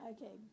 Okay